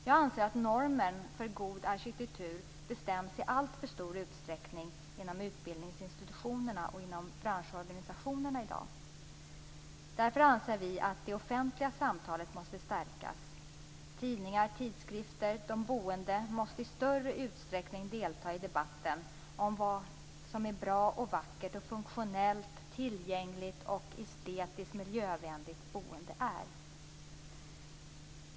Jag anser att normen för god arkitektur i alltför stor utsträckning bestäms av utbildningsinstitutionerna och branschorganisationerna i dag. Därför anser vi att det offentliga samtalet måste stärkas. Tidningar, tidskrifter och de boende måste i större utsträckning delta i debatten om vad som är bra, vackert, funktionellt, tillgängligt, estetiskt och miljövänligt boende.